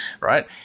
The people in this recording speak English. right